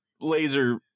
laser